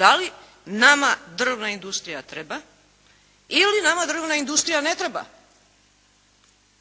Da li nama drvna industrija treba ili nama drvna industrija ne treba?